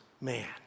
man